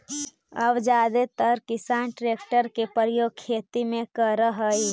अब जादेतर किसान ट्रेक्टर के प्रयोग खेती में करऽ हई